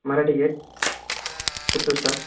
Marathi gate Puttur stop